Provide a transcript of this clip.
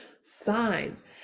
signs